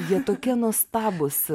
jie tokie nuostabūs